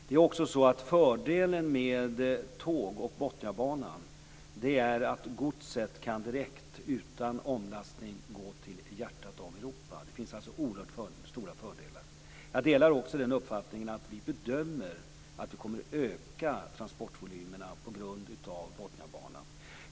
Det är också så att fördelen med tåg och med Botniabanan är att godset direkt och utan omlastning kan gå till hjärtat av Europa. Det finns alltså oerhört stora fördelar. Jag delar också den uppfattningen att vi bedömer att transportvolymerna kommer att öka på grund av Botniabanan.